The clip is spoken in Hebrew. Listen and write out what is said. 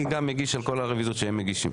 אני גם מגיש על הרביזיות שהם מגישים.